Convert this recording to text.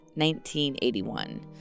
1981